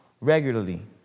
regularly